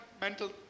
mental